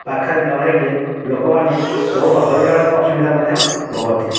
ପାଖରେ ନ ରହିଲେ ଲୋକମାନେ ବହୁତ ହଇରାଣର ଅସୁବିଧା ମଧ୍ୟ ଭୋଗନ୍ତି